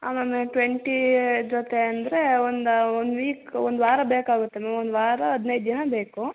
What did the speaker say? ಹಾಂ ma'am twenty ಜೊತೆ ಅಂದರೆ ಒಂದು ಒಂದು ವೀಕ್ ಒಂದು ವಾರ ಬೇಕಾಗುತ್ತೆ ಮ್ಯಾಮ್ ಒಂದು ವಾರ ಹದಿನೈದು ದಿನ ಬೇಕು